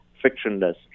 frictionless